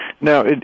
Now